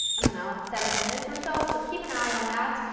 and know, seven minutes or so, so keep an eye on that,